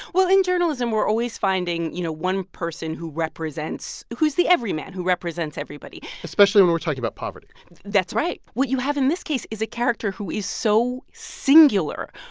well, in journalism, we're always finding, you know, one person who represents who's the everyman, who represents everybody especially when we're talking about poverty that's right. what you have in this case is a character who is so singular,